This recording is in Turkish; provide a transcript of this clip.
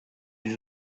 yüz